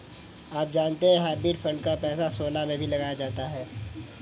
आप जानते है हाइब्रिड फंड का पैसा सोना में भी लगाया जाता है?